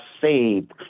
saved